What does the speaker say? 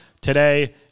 today